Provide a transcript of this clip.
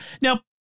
Now